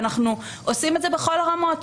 ואנחנו עושים את זה בכל הרמות,